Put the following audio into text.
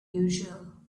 usual